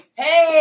hey